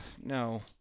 no